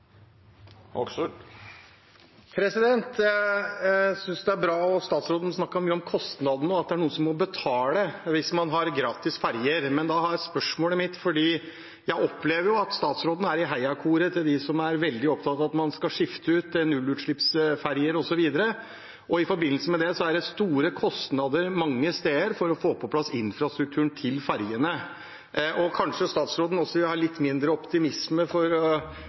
Jeg synes det er bra at statsråden snakket mye om kostnadene og at det er noen som må betale hvis man har gratis ferjer. Men jeg opplever at statsråden er i heiakoret til dem som er veldig opptatt av at man skal skifte ut til nullutslippsferjer osv., og i forbindelse med det er det store kostnader mange steder for å få på plass infrastrukturen til ferjene. Kanskje statsråden vil ha litt mindre optimisme og entusiasme for